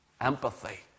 Empathy